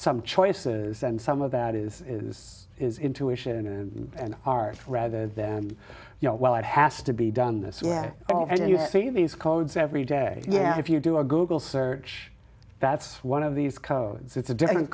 some choices and some of that is is intuition and an art rather than you know well it has to be done this yet and you see these codes every day yeah if you do a google search that's one of these codes it's a different